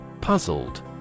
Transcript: Puzzled